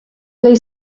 blue